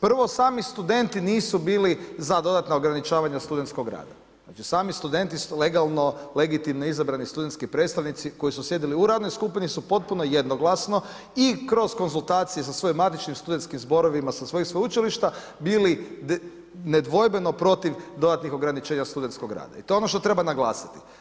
Prvo sami studenti nisu bili za dodatna ograničavanja studentskog rada, znači sami studenti legalno, legitimno izabrani studentski predstavnici koji su sjedili u radnoj skupini su potpuno jednoglasno i kroz konzultacije sa svoji matičnim studentskim zborovima sa svojih sveučilišta bili nedvojbeno protiv dodatnih ograničenja studentskog rada i to je on što treba naglasiti.